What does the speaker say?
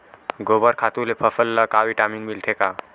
गोबर खातु ले फसल ल का विटामिन मिलथे का?